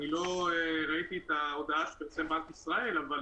אני לא ראיתי את ההודעה שהוציא בנק ישראל אבל